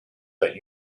that